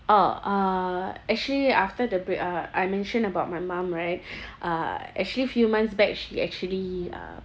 oh uh actually after the break uh I mention about my mum right uh actually few months back she actually uh